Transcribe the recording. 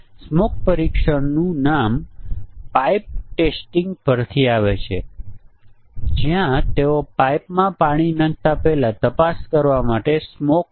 જો x બરાબર x 2 છે અને y એ y 1 ને બરાબર છે તો આઉટપુટ gxy છે